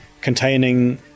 containing